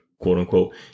quote-unquote